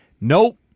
nope